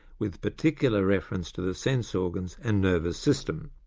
with particular reference to the sense organs and nervous system.